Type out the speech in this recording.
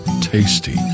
tasty